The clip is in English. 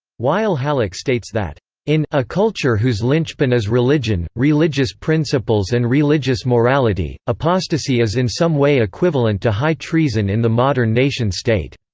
wael hallaq states that in a culture whose lynchpin is religion, religious principles and religious morality, apostasy is in some way equivalent to high treason in the modern nation-state.